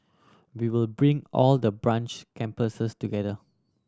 we will bring all the branch campuses together